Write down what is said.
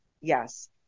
Yes